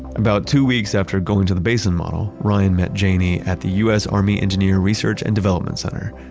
about two weeks after going to the basin model, ryan met janie at the us army engineer research and development center,